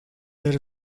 that